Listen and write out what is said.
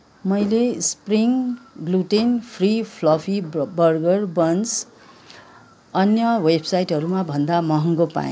मैले spring gluten free fluffy ब burger buns अन्य वेबसाइटहरूमा भन्दा महँगो पाएँ